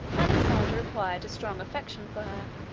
alexander acquired a strong affection for